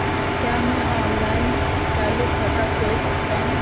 क्या मैं ऑनलाइन चालू खाता खोल सकता हूँ?